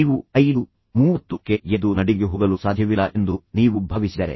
ನೀವು 530 ಕ್ಕೆ ಎದ್ದು ನಡಿಗೆಗೆ ಹೋಗಲು ಸಾಧ್ಯವಿಲ್ಲ ಎಂದು ನೀವು ಭಾವಿಸಿದರೆ